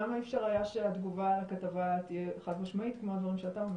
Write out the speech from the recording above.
למה אי אפשר היה שהתגובה על הכתבה תהיה חד משמעית כמו הדברים שאתה אומר?